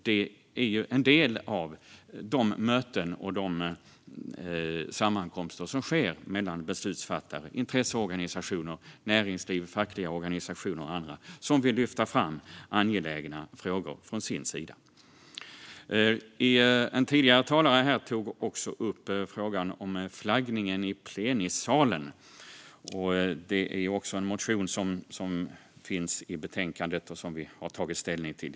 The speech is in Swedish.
De är en del av de möten och sammankomster som hålls mellan beslutsfattare, intresseorganisationer, näringsliv, fackliga organisationer och andra som vill lyfta fram angelägna frågor från sin horisont. En tidigare talare tog upp frågan om flaggningen i plenisalen. Det är också en motion som finns i betänkandet och som vi har tagit ställning till.